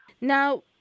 Now